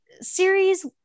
series